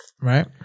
right